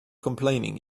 complaining